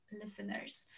listeners